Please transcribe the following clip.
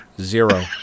Zero